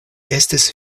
estis